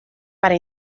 para